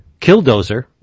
Killdozer